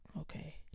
Okay